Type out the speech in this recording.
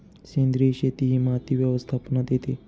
सेंद्रिय शेती ही माती व्यवस्थापनात येते